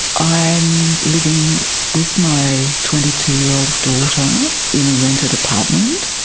i'm living with my twenty two year old daughter in a rented apartment,